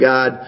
God